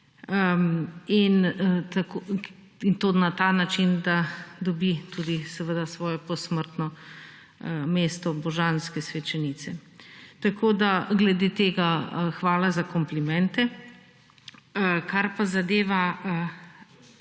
in to na ta način, da dobi tudi seveda svojo posmrtno mesto božanske svečenice. Tako da glede tega hvala za komplimente. Kar pa zadeva